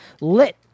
lit